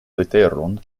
leteron